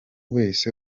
wese